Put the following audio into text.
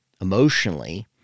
emotionally